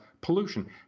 pollution